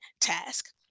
task